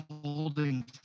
holding